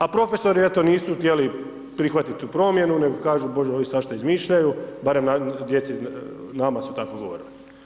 A profesori eto nisu htjeli prihvatit tu promjenu nego kažu bože ovi svašta izmišljaju, barem djeci nama su tako govorili.